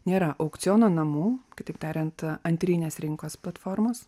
nėra aukciono namų kitaip tariant antrinės rinkos platformos